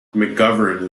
mcgovern